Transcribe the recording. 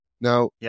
Now